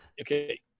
Okay